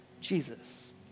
Jesus